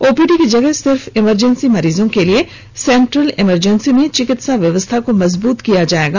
OPD की जगह सिर्फ इमरजेंसी मरीजों के लिए सेंट्रल इमरजेंसी में चिकित्सा व्यवस्था को मजबूत किया जाएगा